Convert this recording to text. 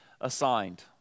assigned